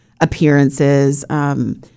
appearances